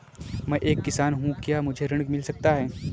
मैं एक किसान हूँ क्या मुझे ऋण मिल सकता है?